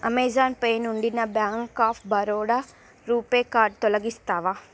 Amazon Pay నుండి నా Bank of Baroda RuPay card తొలగిస్తావా